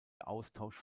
austausch